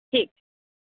ठीक छै